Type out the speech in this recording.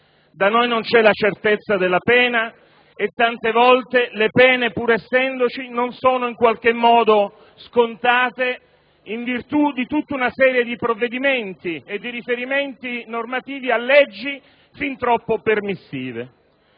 Paese non c'è la certezza della pena e tante volte le pene, pur essendoci, in qualche modo non sono scontate in virtù di tutta una serie di provvedimenti e di riferimenti normativi a leggi fin troppo permissive.